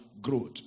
growth